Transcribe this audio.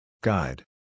Guide